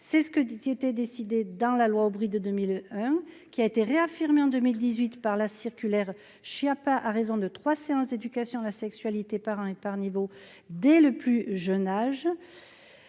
c'est ce que Didier était décidé dans la loi Aubry de 2001 qui a été réaffirmée en 2018 par la circulaire Schiappa à raison de 3 séances d'éducation à la sexualité par an et par niveau dès le plus jeune âge,